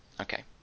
okay